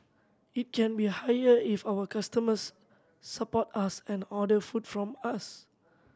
it can be higher if our customers support us and order food from us